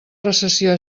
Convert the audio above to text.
recessió